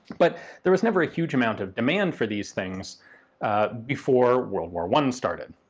but there was never a huge amount of demand for these things before world war one started.